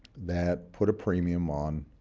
that put a premium on